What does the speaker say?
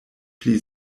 pli